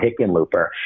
Hickenlooper